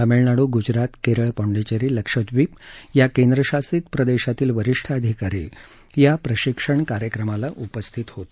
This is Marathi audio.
तामिळनाडू गुजरात केरळ पाँडिचेरी लक्षद्वीप या केंद्रशासित प्रदेशातील वरिष्ठ अधिकारी या प्रशिक्षण कार्यक्रमात उपस्थित होते